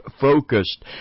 focused